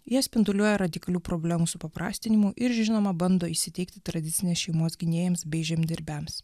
jie spinduliuoja radikalių problemų suprastinimu ir žinoma bando įsiteikti tradicinės šeimos gynėjams bei žemdirbiams